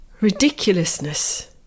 ridiculousness